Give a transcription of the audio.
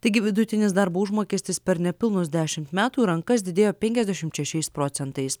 taigi vidutinis darbo užmokestis per nepilnus dešimt metų rankas didėjo penkiasdešimt šešiais procentais